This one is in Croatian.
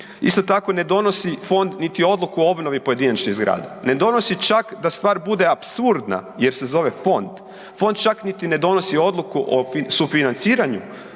Isto tako ne donosi fond niti odluku o obnovi pojedinačnih zgrada, ne donosi čak da stvar bude apsurdna jer se zove fond, fond čak niti ne donosi odluku o sufinanciranju